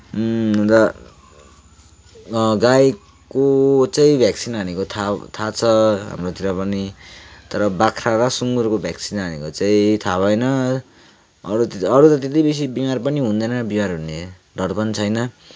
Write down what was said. र गाईको चाहिँ भ्याक्सिन हानेको थाहा थाहा छ हाम्रोतिर पनि तर बाख्रा र सुँगुरको भ्याक्सिन हानेको चाहिँ थाहा भएन अरू त अरू त त्यति बेसी बिमार पनि हुँदैन बिमार हुने डर पनि छैन